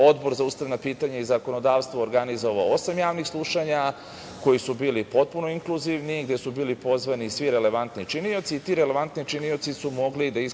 Odbor za ustavna pitanja i zakonodavstvo organizovao osam javnih slušanja koji su bili potpuno inkluzivni, gde su bili pozvani svi relevantni činioci i ti relevantni činioci su mogli da iskažu